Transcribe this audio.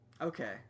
Okay